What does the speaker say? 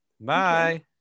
bye